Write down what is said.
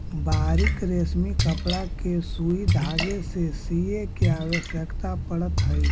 बारीक रेशमी कपड़ा के सुई धागे से सीए के आवश्यकता पड़त हई